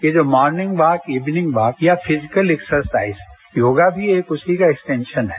ये जो morning walk evening walk या फिजिकल एक्सरसाइज है योगा भी एक उसी का एक एक्सटेंशन है